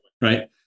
right